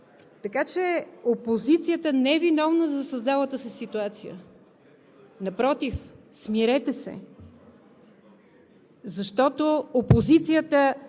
Така че опозицията не е виновна за създалата се ситуация. Напротив, смирете се, защото опозицията